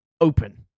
open